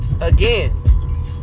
again